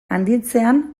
handitzean